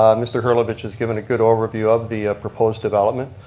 um mr. hillovich has given a good overview of the proposed development.